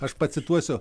aš pacituosiu